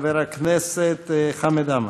חבר הכנסת חמד עמאר.